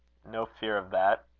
no fear of that.